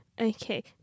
Okay